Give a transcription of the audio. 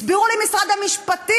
הסבירו לי, משרד המשפטים,